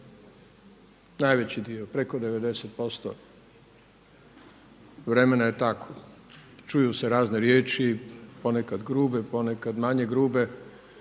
najveći dio preko 90% vremena je tako. Čuju se razne riječi, ponekad grube, ponekad manje grube,